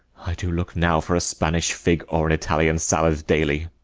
i do look now for a spanish fig, or an italian sallet, daily.